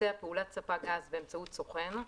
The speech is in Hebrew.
וביצע פעולת ספק גז באמצעות סוכן,